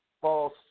false